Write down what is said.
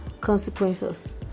consequences